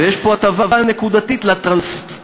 ויש פה הטבה נקודתית ל-transition,